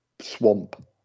swamp